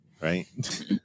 right